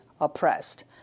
oppressed